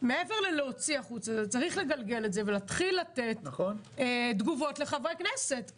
מעבר להוציא החוצה צריך לגלגל את זה ולהתחיל לתת תגובות לחברי הכנסת,